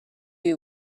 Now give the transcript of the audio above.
you